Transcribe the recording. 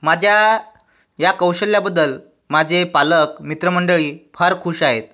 माझ्या या कौशल्याबद्दल माझे पालक मित्रमंडळी फार खुश आहेत